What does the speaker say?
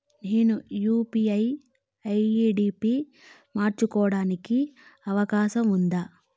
నేను UPI ID పి మార్చుకోవడానికి అవకాశం ఉందా?